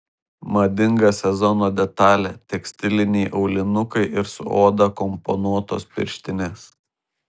madinga sezono detalė tekstiliniai aulinukai ir su oda komponuotos pirštinės